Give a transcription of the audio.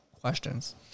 questions